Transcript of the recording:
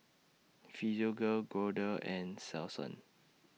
Physiogel Kordel's and Selsun